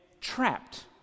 trapped